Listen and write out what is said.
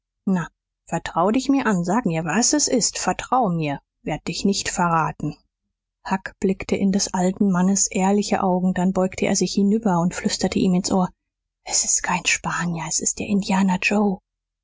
na vertrau dich mir an sag mir was es ist vertrau mir werd dich nicht verraten huck blickte in des alten mannes ehrliche augen dann beugte er sich hinüber und flüsterte ihm ins ohr s ist kein spanier s ist der indianer joe